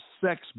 sex